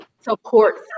support